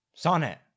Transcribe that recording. Sonnet